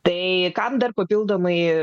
tai kam dar papildomai